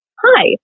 hi